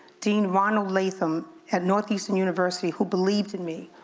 dean ronald latham at northeastern university who believed in me,